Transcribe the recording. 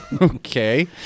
Okay